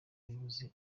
ubuyobozi